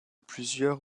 plusieurs